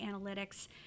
analytics